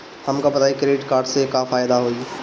हमका बताई credit card से का फायदा होई?